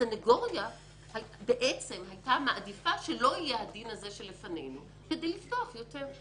הסניגוריה בעצם הייתה מעדיפה שלא יהיה הדין הזה שלפנינו כדי לפתוח יותר.